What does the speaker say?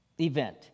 event